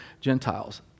Gentiles